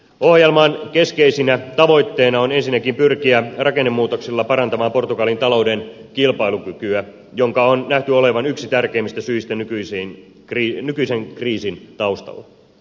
ohjelman keskeisenä tavoitteena on ensinnäkin pyrkiä rakennemuutoksilla parantamaan portugalin talouden kilpailukykyä jonka on nähty olevan yksi tärkeimmistä syistä nykyisen kriisin taustalla